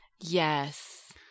Yes